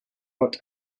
got